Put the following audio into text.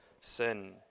sin